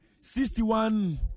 Sixty-one